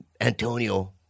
Antonio